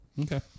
Okay